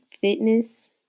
fitness